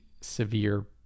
severe